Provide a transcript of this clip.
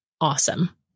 awesome